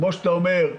כמו שאתה אומר,